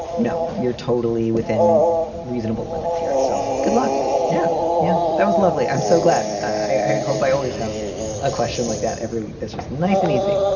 no, you're totally within reasonable limits here. so good luck. yeah. yeah, that was lovely. i'm so glad. i hope i always have a question like that every week. that's just nice and easy.